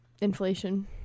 inflation